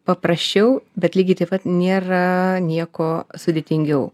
paprasčiau bet lygiai taip pat nėra nieko sudėtingiau